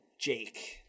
Jake